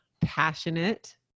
passionate